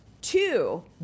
two